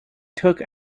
took